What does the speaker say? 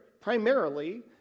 primarily